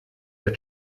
der